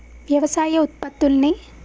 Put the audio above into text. వ్యవసాయ ఉత్పత్తుల్ని